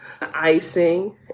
icing